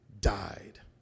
died